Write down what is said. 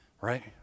Right